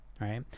Right